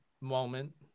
moment